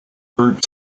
groups